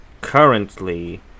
currently